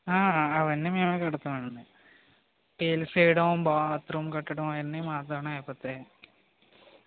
అవన్నీ మేమే కడతాం అండి టైల్స్ వేయడం బాత్రూమ్ కట్టడం అవన్ని మాతోనే అయిపోతాయి